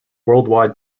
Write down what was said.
worldwide